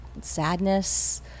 sadness